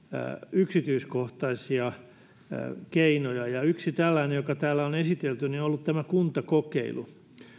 yksityiskohtaisia keinoja ja yksi tällainen joka täällä on esitelty on ollut tämä kuntakokeilu